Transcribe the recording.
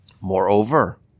Moreover